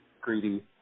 greedy